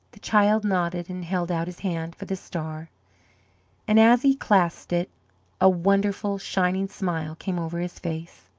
the child nodded and held out his hands for the star and as he clasped it a wonderful, shining smile came over his face.